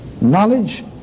Knowledge